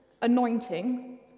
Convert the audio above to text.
anointing